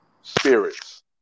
spirits